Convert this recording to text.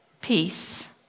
peace